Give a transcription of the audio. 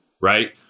right